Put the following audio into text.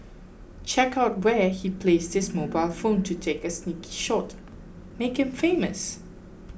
check out where he placed his mobile phone to take a sneaky shot make him famous